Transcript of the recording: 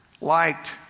liked